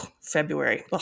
February